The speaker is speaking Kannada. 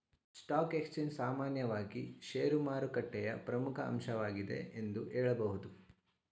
ಸ್ಟಾಕ್ ಎಕ್ಸ್ಚೇಂಜ್ ಸಾಮಾನ್ಯವಾಗಿ ಶೇರುಮಾರುಕಟ್ಟೆಯ ಪ್ರಮುಖ ಅಂಶವಾಗಿದೆ ಎಂದು ಹೇಳಬಹುದು